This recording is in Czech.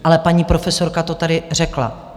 Ale paní profesorka to tady řekla.